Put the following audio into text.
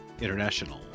International